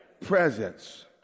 Presence